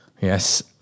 Yes